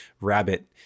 rabbit